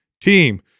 team